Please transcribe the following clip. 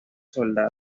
soldados